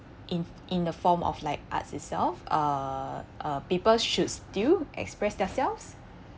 in in the form of like arts itself uh uh people should still express themselves